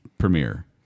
premiere